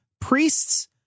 priests